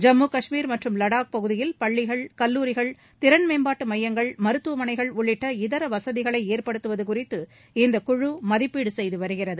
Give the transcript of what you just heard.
ஜம்மு காஷ்மீர் மற்றும் வடாக் பகுதியில் பள்ளிகள் கல்லூரிகள் திறன் மேம்பாட்டு மையங்கள் மருத்துவமனைகள் உள்ளிட்ட இதர வசதிகளை ஏற்படுத்துவது குறித்து இக்குழு மதிப்பீடு செய்து வருகிறது